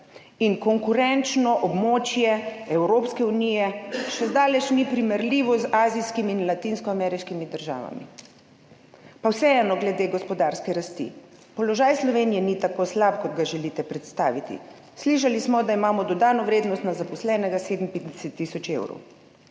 in konkurenčno območje Evropske unije še zdaleč ni primerljivo z azijskimi in latinskoameriškimi državami. Pa vseeno glede gospodarske rasti položaj Slovenije ni tako slab, kot ga želite predstaviti. Slišali smo, da imamo dodano vrednost na zaposlenega 57 tisoč evrov.